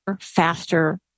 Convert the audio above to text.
faster